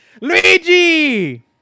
Luigi